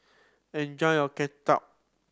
enjoy your ketupat